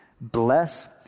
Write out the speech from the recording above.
Bless